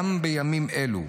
גם בימים אלו,